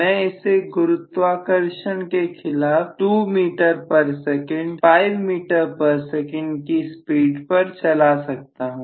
मैं इसे गुरुत्वाकर्षण के खिलाफ 2 ms 5 ms की स्पीड पर चला सकता हूं